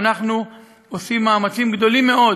ואנחנו עושים מאמצים גדולים מאוד